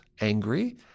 angry